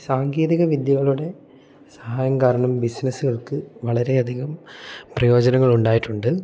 സാങ്കേതിക വിദ്യകളുടെ സഹായം കാരണം ബിസിനസ്സുകൾക്ക് വളരെ അധികം പ്രയോജനങ്ങൾ ഉണ്ടായിട്ടുണ്ട്